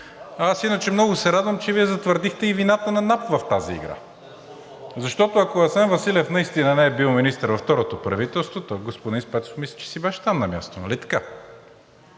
Аз иначе много се радвам, че Вие затвърдихте и вината на НАП в тази игра, защото, ако Асен Василев наистина не е бил министър във второто правителство, то господин Спецов мисля, че си беше там – на място.